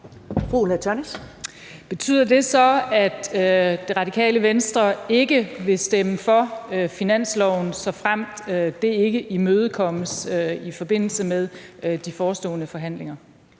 Betyder det så, at Det Radikale Venstre ikke vil stemme for finanslovsforslaget, såfremt det ikke imødekommes i forbindelse med de forestående forhandlinger?